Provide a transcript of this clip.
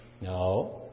No